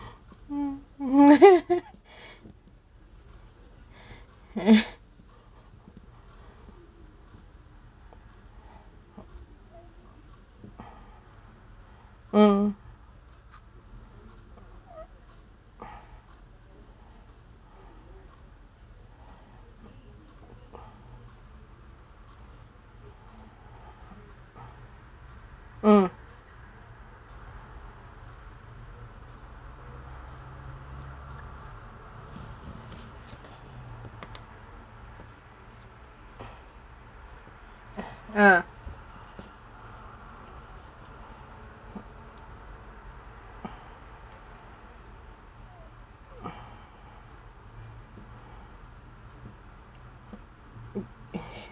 mm mm mm uh